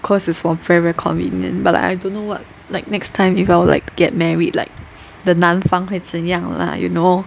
cause it's for very very convenient but like I don't know what like next time if I would like to get married like the 男方会怎样 lah you know